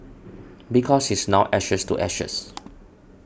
because she is now ashes to ashes